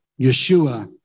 Yeshua